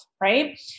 right